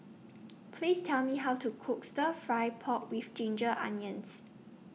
Please Tell Me How to Cook Stir Fry Pork with Ginger Onions